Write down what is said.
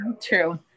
true